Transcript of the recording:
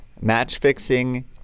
match-fixing